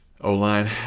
O-line